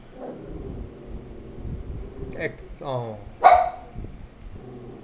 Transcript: eh oh